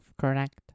correct